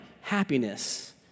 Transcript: happiness